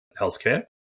healthcare